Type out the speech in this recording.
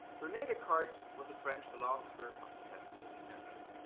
rene descartes was a french philosopher of the seventeenth century.